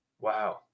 Wow